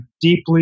deeply